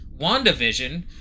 WandaVision